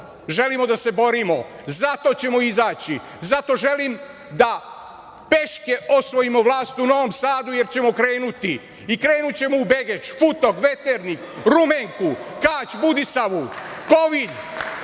želimo da se borimo. Zato ćemo izaći. Zato želim da peške osvojimo vlast u Novom Sadu jer ćemo krenuti i krenućemo u Begeč, Futog, Veternik, Rumenku, Kać, Budisavu, Kovin,